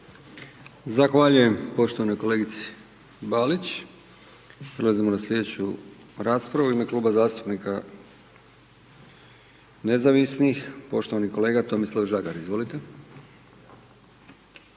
Zahvaljujem poštovanoj kolegici Balić. Prelazimo na slijedeću raspravu, u ime Kluba zastupnika Nezavisnih, poštovani kolega Tomislav Žagar, izvolite.